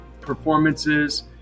performances